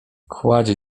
kładzie